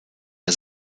der